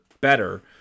better